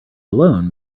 alone